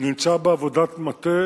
נמצא בעבודת מטה